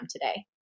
today